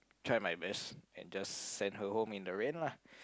try my best and just send her home in the rain lah